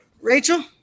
Rachel